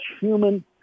human